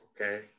Okay